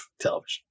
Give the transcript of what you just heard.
television